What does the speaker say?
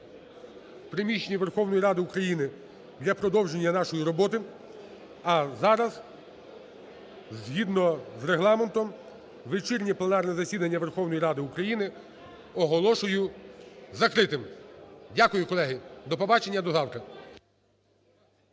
приміщенні Верховної Ради України для продовження нашої роботи. А зараз згідно з Регламентом вечірнє пленарне засідання Верховної Ради України оголошую закритим. Дякую, колеги. До побачення. До завтра.